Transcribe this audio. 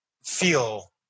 feel